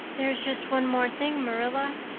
there's just one more thing, marilla,